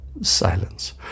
Silence